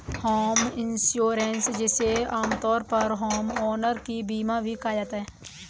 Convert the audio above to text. home insurance जिसे आमतौर पर होमओनर का बीमा भी कहा जाता है